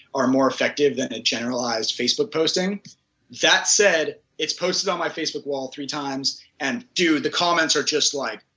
are more effective than a generalized facebook posting that said, it's posted on my facebook wall three times and dude the comments are just like,